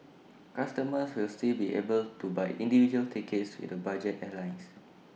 customers will still be able to buy individual tickets with the budget airlines